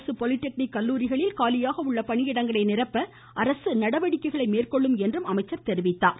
அரசு பாலிடெக்னிக் கல்லூரிகளில் காலியாக உள்ள பணியிடங்களை நிரப்ப அரசு நடவடிக்கைகளை மேற்கொள்ளும் என்றார்